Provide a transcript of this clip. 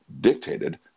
dictated